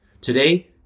Today